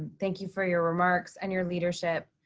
thank you for your remarks and your leadership.